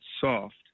soft